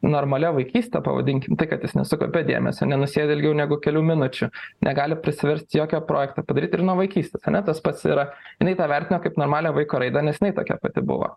normalia vaikyste pavadinkim tai kad jis nesukaupia dėmesio nenusėdi ilgiau negu kelių minučių negali prisiversti jokio projekto padaryt ir nuo vaikystės ane tas pats yra jinai tą vertino kaip normalią vaiko raidą nes jinai tokia pati buvo